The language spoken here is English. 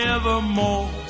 evermore